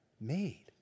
made